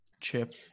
chip